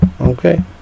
Okay